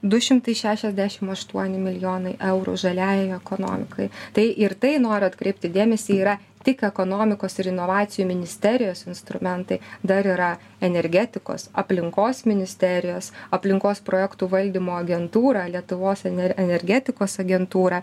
du šimtai šešiasdešimt aštuoni milijonai eurų žaliajai ekonomikai tai ir tai noriu atkreipti dėmesį yra tik ekonomikos ir inovacijų ministerijos instrumentai dar yra energetikos aplinkos ministerijos aplinkos projektų valdymo agentūra lietuvos energetikos agentūra